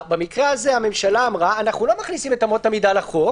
במקרה הזה הממשלה אמרה: אנחנו לא מכניסים את אמות המידה לחוק.